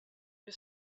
you